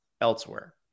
elsewhere